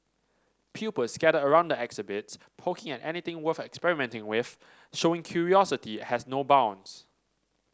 pupils scattered around the exhibits poking at anything worth experimenting with showing curiosity has no bounds